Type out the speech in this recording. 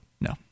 No